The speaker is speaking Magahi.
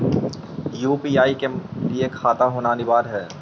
यु.पी.आई के लिए खाता होना अनिवार्य है?